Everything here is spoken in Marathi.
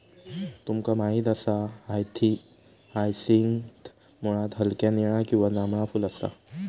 तुमका माहित असा हायसिंथ मुळात हलक्या निळा किंवा जांभळा फुल असा